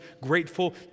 grateful